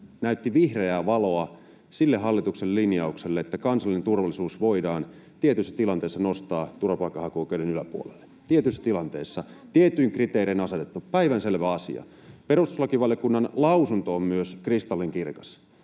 näytti vihreää valoa sille hallituksen linjaukselle, että kansallinen turvallisuus voidaan tietyissä tilanteissa nostaa turvapaikanhakuoikeuden yläpuolelle, tietyissä tilanteissa, tietyin kriteerein asetettuna — päivänselvä asia. Myös perustuslakivaliokunnan lausunto on kristallinkirkas.